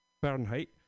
Fahrenheit